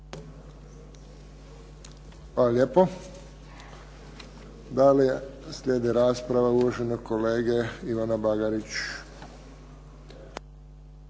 Hvala lijepo. Dalje slijedi rasprava uvaženog kolege Ivana Bagarić.